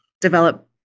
develop